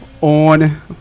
on